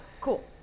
Cool